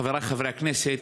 חבריי חברי הכנסת,